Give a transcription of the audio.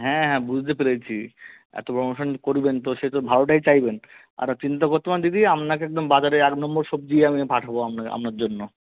হ্যাঁ হ্যাঁ বুঝতে পেরেছি এত বড় অনুষ্ঠান করবেন তো সে তো ভালোটাই চাইবেন আর চিন্তা করতে হবে না দিদি আপনাকে একদম বাজারের এক নম্বর সবজিই আমি পাঠাব আপনার আপনার জন্য